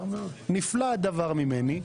נפלא הדבר ממני.